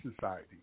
Society